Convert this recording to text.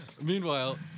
Meanwhile